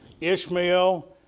Ishmael